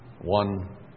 One